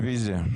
רביזיה.